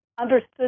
understood